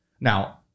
Now